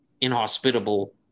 inhospitable